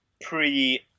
pre